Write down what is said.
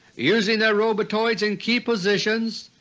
using their robotoids in key positions,